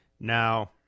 Now